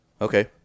okay